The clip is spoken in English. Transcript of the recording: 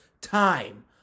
time